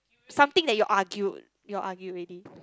something that you argued you all argue already